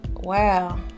Wow